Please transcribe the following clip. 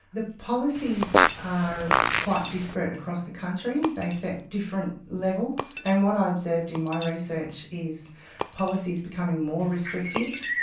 the policies are quite disparate across the country. they set different levels. and what i observed in my research is policies becoming more restrictive.